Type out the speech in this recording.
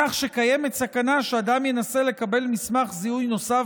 כך שקיימת סכנה שאדם ינסה לקבל מסמך זיהוי נוסף